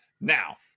Now